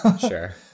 sure